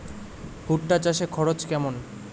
ভুট্টা চাষে খরচ কেমন?